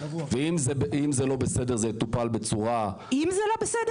ואם זה לא בסדר זה יטופל בצורה --- אם זה לא בסדר?